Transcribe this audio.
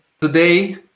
Today